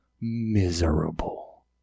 miserable